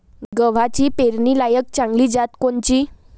गव्हाची पेरनीलायक चांगली जात कोनची?